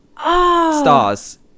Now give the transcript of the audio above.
stars